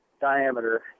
diameter